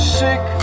sick